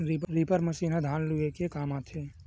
reaper machine ह धान ल लूए के काम आथे